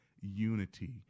unity